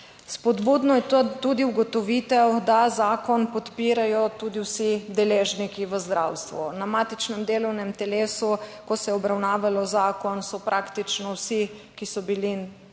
Spodbudno je tudi ugotovitev, da zakon podpirajo tudi vsi deležniki v zdravstvu. Na matičnem delovnem telesu, ko se je obravnavalo zakon, so praktično vsi, ki so bili prisotni